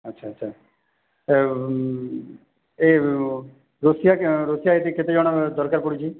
ଆଚ୍ଛା ଆଚ୍ଛା ଏଇ ରୋଷେୟା ରୋଷେୟା ଏଠି କେତେ ଜଣ ଦରକାର ପଡ଼ୁଛି